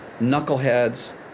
knuckleheads